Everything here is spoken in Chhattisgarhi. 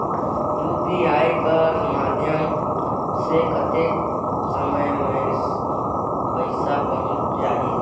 यू.पी.आई कर माध्यम से कतेक समय मे पइसा पहुंच जाहि?